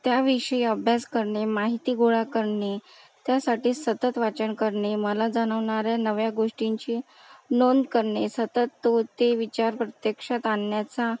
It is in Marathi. त्याविषयी अभ्यास करणे माहिती गोळा करणे त्यासाठी सतत वाचन करणे मला जाणवणाऱ्या नव्या गोष्टींची नोंद करणे सतत तो ते विचार प्रत्यक्षात आणण्याचा